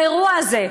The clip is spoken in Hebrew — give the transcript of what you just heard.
האירוע הזה,